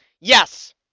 Yes